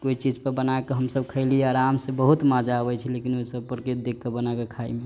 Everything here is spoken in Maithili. कोइ चीजपर बना कऽ हमसभ खयली आरामसँ बहुत मजा अबैत छै लेकिन ओहिसभ परके देख कऽ बना कऽ खाइमे